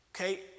Okay